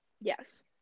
Yes